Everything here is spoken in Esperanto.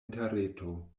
interreto